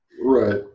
right